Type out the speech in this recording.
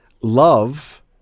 Love